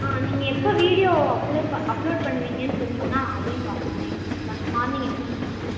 ஆ நீங்கள் எப்போ வீடியோ அப்லோ ப அப்லோட் பண்ணுவீங்கன்னு சொன்னிங்கனா நான் அதையும் பார்த்துப்பேன் பட் மார்னிங் எத்தனை மணிக்குங்க